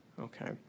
Okay